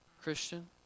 Christian